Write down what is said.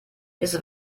ist